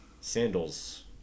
sandals